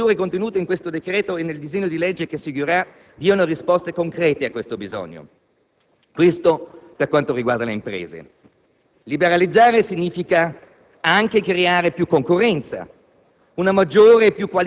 Riteniamo che le misure contenute in questo decreto e nel disegno di legge che seguirà diano risposte concrete a questo bisogno. Tutto questo riguarda le imprese, ma liberalizzare significa anche creare più concorrenza,